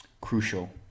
crucial